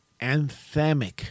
Anthemic